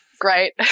great